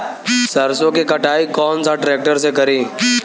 सरसों के कटाई कौन सा ट्रैक्टर से करी?